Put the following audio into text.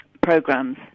programs